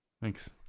thanks